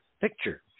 picture